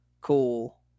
cool